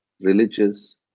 religious